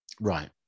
right